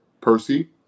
Percy